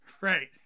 right